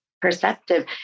perceptive